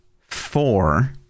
four